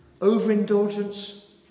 overindulgence